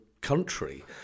country